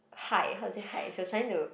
hide how is it hide she was trying to